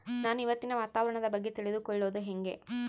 ನಾನು ಇವತ್ತಿನ ವಾತಾವರಣದ ಬಗ್ಗೆ ತಿಳಿದುಕೊಳ್ಳೋದು ಹೆಂಗೆ?